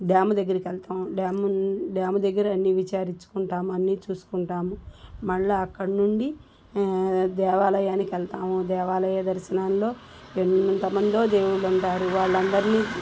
dam దగ్గరికెళ్తాం dam దగ్గర అన్నీ విచారిచ్చుకుంటాము అన్నీ చూసుకుంటాము మళ్ళీ అక్కడ నుండి దేవాలయానికి వెళ్తాము దేవాలయ దర్శనాల్లో ఎంతమందో దేవుళ్ళుంటారు వాళ్ళందరిని